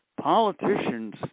politicians